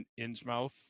Innsmouth